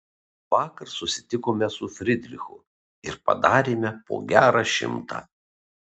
vakar susitikome su fridrichu ir padarėme po gerą šimtą